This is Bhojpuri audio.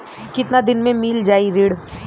कितना दिन में मील जाई ऋण?